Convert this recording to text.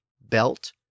belt